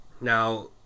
Now